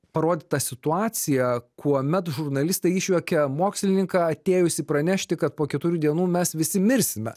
parodytą situaciją kuomet žurnalistai išjuokia mokslininką atėjusį pranešti kad po keturių dienų mes visi mirsime